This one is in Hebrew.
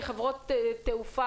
כחברות תעופה,